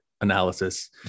analysis